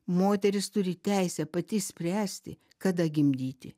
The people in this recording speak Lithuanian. moteris turi teisę pati spręsti kada gimdyti